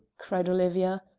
cried olivia,